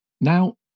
Now